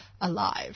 alive